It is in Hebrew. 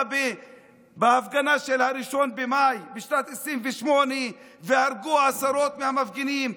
בהפגנה של 1 במאי בשנת 1928 והרגו עשרות מהמפגינים.